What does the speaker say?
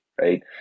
Right